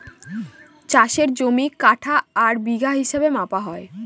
চাষের জমি কাঠা আর বিঘা হিসাবে মাপা হয়